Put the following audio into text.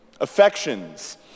Affections